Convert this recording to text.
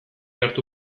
hartu